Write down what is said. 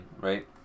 right